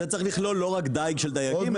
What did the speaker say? זה צריך לכלול לא רק דייג של דייגים.